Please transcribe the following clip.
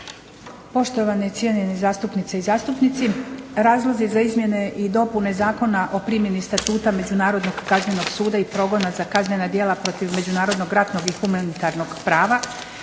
Poštovani i cijenjeni zastupnice i zastupnici. Razlozi za izmjene i dopune Zakona o primjeni Statuta međunarodnog kaznenog suda i progona za kaznena djela protiv međunarodnog i humanitarnog prava